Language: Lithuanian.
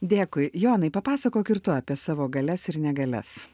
dėkui jonai papasakok ir tu apie savo galias ir negalias